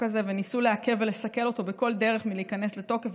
וניסו לעכב ולסכל אותו בכל דרך מלהיכנס לתוקף,